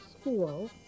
school